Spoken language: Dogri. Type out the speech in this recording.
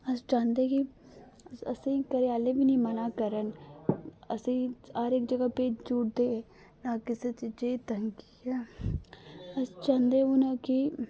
अस चाहंदे कि असेंगी घरे आहले बी नेईं मना करन असेंगी हर इक जगह भेजी ओड़दे इस गल्ला अस चांह्दे हून कि